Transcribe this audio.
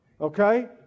Okay